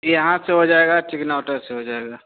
यहाँ से हो जाएगा चिकनौटा से हो जाएगा